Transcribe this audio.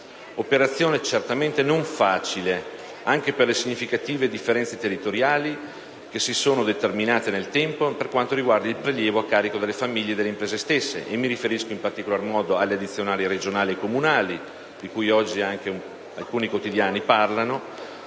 un'operazione certamente non facile, anche per le significative differenze territoriali che si sono determinate nel tempo per quanto riguarda il prelievo a carico delle famiglie e delle imprese. Mi riferisco in particolare alle addizionali regionali e comunali, di cui oggi parlano anche alcuni quotidiani, le